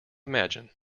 imagine